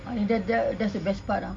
I mean that that that's the best part ah